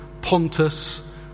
Pontus